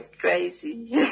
crazy